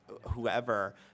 whoever